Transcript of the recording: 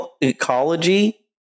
ecology